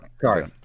Sorry